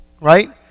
right